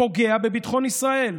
פוגע בביטחון ישראל.